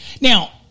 Now